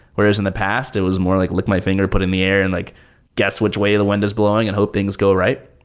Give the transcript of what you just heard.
whereas in the past, it was more like lick my finger, put it in the air and like guess which way the wind is blowing and hope things go right.